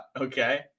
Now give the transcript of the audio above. okay